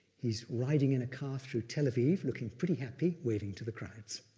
he's riding in a car through tel aviv looking pretty happy waving to the crowds.